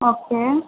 okay